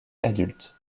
adulte